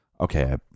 Okay